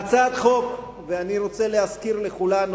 אני רוצה להזכיר לכולנו,